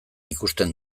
ikusten